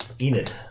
Enid